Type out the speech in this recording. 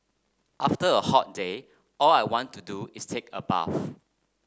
after a hot day all I want to do is take a bath